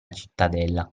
cittadella